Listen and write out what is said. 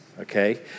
Okay